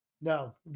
No